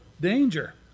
danger